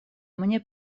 мне